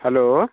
hello